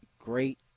Great